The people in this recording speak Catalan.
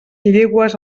llegües